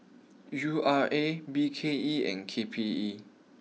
U R A B K E and K P E